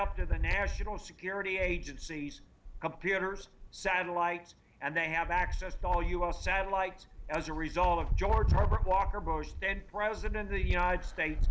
up to the national security agency's computers satellites and they have access to all u s satellites as a result of george herbert walker bush then president of the united states